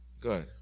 Good